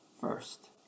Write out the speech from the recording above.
first